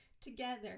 together